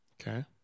Okay